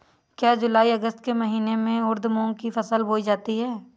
क्या जूलाई अगस्त के महीने में उर्द मूंग की फसल बोई जाती है?